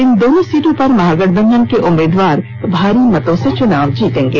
इन दोनों सीटों पर महागठबंधन के उम्मीदवार भारी मतों से चुनाव जीतेंगे